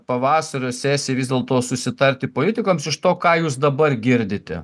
pavasario sesijai vis dėl to susitarti politikams iš to ką jūs dabar girdite